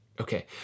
Okay